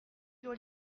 sur